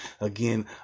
again